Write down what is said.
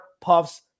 Puffs